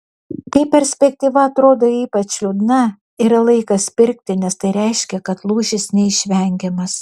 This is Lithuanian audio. kai perspektyva atrodo ypač liūdna yra laikas pirkti nes tai reiškia kad lūžis neišvengiamas